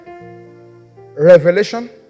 Revelation